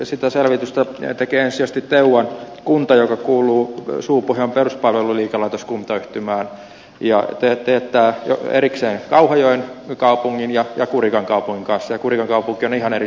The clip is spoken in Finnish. sitä selvitystä tekee ensisijaisesti teuvan kunta joka kuuluu suupohjan peruspalveluliikelaitoskuntayhtymään ja teettää erikseen kauhajoen kaupungin ja kurikan kaupungin kanssa ja kurikan kaupunki on ihan eri seutukuntaa